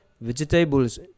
Vegetables